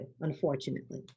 unfortunately